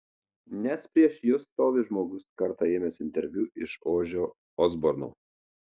nes prieš jus stovi žmogus kartą ėmęs interviu iš ožio osborno